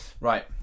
right